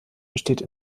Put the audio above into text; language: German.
besteht